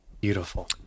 beautiful